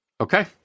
okay